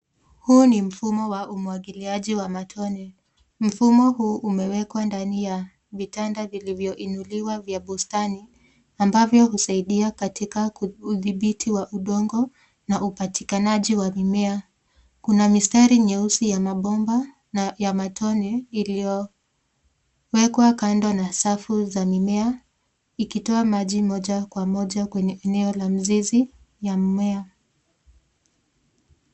Huu ni mfumo wa umwagiliaji wa matone. Mfumo huu umewekwa ndani ya vitanda vilivyoinuliwa vya bustani, ambavyo husaidia katika udhibiti wa udongo na upatikanaji wa mimea. Kuna mistari nyeusi ya mabomba, na ya matone, iliyowekwa kando na safu za mimea, ikitoa maji moja kwa moja kwenye eneo la mizizi ya mmea.